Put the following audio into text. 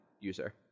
user